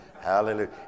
Hallelujah